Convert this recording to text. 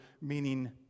meaning